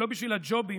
ולא בשביל הג'ובים,